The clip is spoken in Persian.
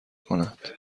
کند